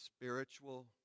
spiritual